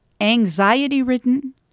anxiety-ridden